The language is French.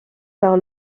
par